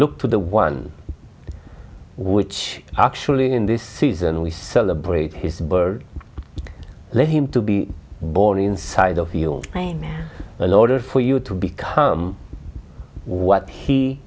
look to the one which actually in this season we celebrate his birth let him to be born inside of your brain in order for you to become what he